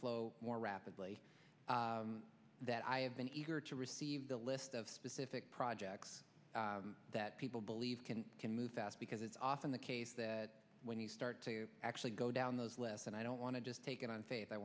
flow more rapidly that i have been eager to receive the list of specific projects that people believe can can move fast because it's often the case that when you start to actually go down those less and i don't want to just take it on faith i